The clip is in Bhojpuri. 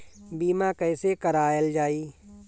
बीमा कैसे कराएल जाइ?